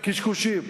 קשקושים.